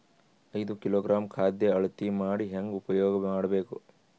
ಐದು ಕಿಲೋಗ್ರಾಂ ಖಾದ್ಯ ಅಳತಿ ಮಾಡಿ ಹೇಂಗ ಉಪಯೋಗ ಮಾಡಬೇಕು?